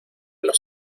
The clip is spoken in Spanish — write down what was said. los